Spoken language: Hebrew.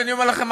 ואני אומר לכם,